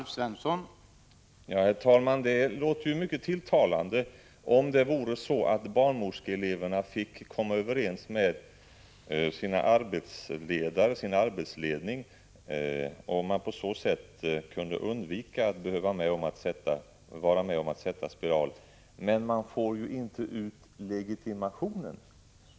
Herr talman! Det låter mycket tilltalande, om det vore så att barnmorskeeleverna fick komma överens med sin arbetsledning om att inte behöva vara med om att sätta spiral. Men man får ju inte ut legitimationen!